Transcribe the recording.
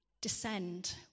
descend